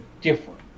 different